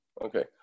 Okay